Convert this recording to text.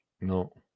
No